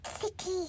city